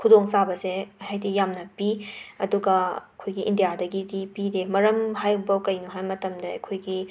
ꯈꯨꯗꯣꯡ ꯆꯥꯕꯁꯦ ꯍꯥꯏꯗꯤ ꯌꯥꯝꯅ ꯄꯤ ꯑꯗꯨꯒ ꯑꯩꯈꯣꯏꯒꯤ ꯏꯟꯗ꯭ꯌꯥꯗꯒꯤꯗꯤ ꯄꯤꯗꯦ ꯃꯔꯝ ꯍꯥꯏꯕꯨ ꯀꯩꯅꯣ ꯍꯥꯏ ꯃꯇꯝꯗ ꯑꯩꯈꯣꯏꯒꯤ